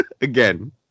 again